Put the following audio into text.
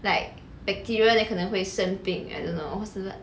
like bacteria then 可能会生病 I don't know